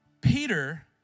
Peter